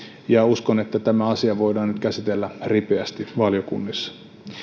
ja uskon että tämä asia voidaan nyt käsitellä ripeästi valiokunnissa